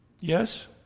Yes